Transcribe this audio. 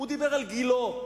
הוא דיבר על גילה.